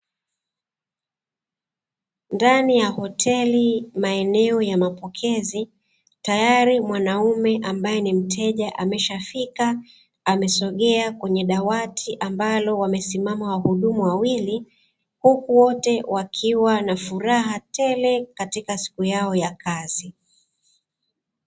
Ndani ya hoteli maeneo ya mapokezi, tayari mwanaume ambae ni mteja ameshafika, amesogea kwenye dawati ambalo wamesimama wahudumu wawili, huku wote wakiwa na furaha tele katika siku yao ya kazi.